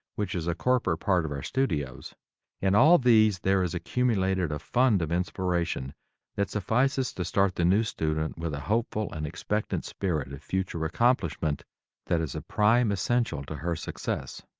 which is a corporate part of our studios in all these there is accumulated a fund of inspiration that suffices to start the new student with a hopeful and expectant spirit of future accomplishment that is a prime essential to her success.